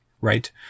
right